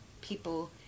people